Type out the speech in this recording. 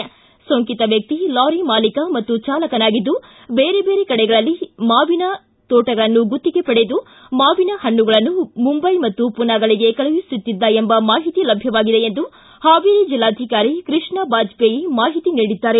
ಸೋಂಕಿತ ವ್ಯಕ್ತಿ ಸೋಂಕಿತ ವ್ಯಕ್ತಿ ಲಾರಿ ಮಾಲಿಕ ಮತ್ತು ಚಾಲಕನಾಗಿದ್ದು ಬೇರೆ ಕಡೆಗಳಲ್ಲಿ ಮಾವಿನ ತೋಟಗಳನ್ನು ಗುತ್ತಿಗೆ ಪಡೆದು ಮಾವಿನ ಪಣ್ಣಗಳನ್ನು ಮುಂಬೈ ಹಾಗೂ ಪೂನಾಗಳಿಗೆ ಕಳುಹಿಸುತ್ತಿದ್ದ ಎಂಬ ಮಾಹಿತಿ ಲಭ್ಯವಾಗಿದೆ ಎಂದು ಹಾವೇರಿ ಜಿಲ್ಲಾಧಿಕಾರಿ ಕೃಷ್ಣಾ ಬಾಜಪೇಯಿ ಮಾಹಿತಿ ನೀಡಿದ್ದಾರೆ